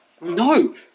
No